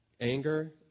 anger